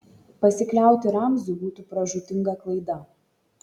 pasikliauti ramziu būtų pražūtinga klaida